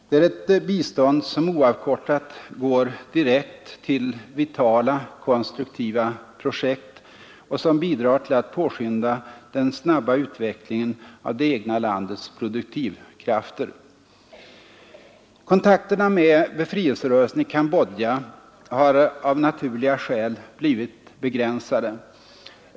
Det är ett bistånd som oavkortat går direkt till vitala konstruktiva projekt och som bidrar till att påskynda den snabba utvecklingen av det egna landets produktivkrafter. Kontakterna med befrielserörelsen i Cambodja har av naturliga skäl blivit begränsade.